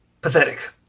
pathetic